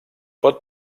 pot